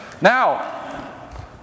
Now